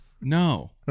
No